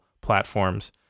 platforms